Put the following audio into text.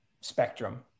spectrum